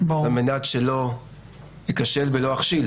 על מנת שלא אכשל ולא אכשיל